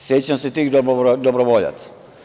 Sećam se tih dobrovoljaca.